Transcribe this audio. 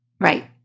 Right